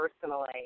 personally